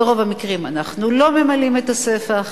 וברוב המקרים אנחנו לא ממלאים את הספח,